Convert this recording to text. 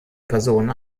personen